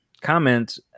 comment